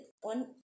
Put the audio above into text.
one